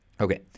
okay